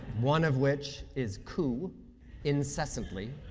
one of which is coo incessantly.